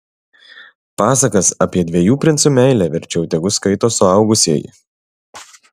pasakas apie dviejų princų meilę verčiau tegu skaito suaugusieji